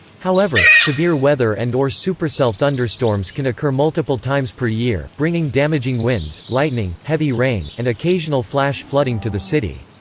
however, severe weather and or supercell thunderstorms can occur multiple times per year, bringing damaging winds, lightning, heavy rain, and occasional flash flooding to the city.